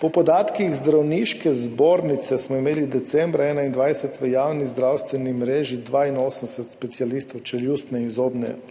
po podatkih Zdravniške zbornice smo imeli decembra 2021 v javni zdravstveni mreži 82 specialistov čeljustne in zobne ortopedije,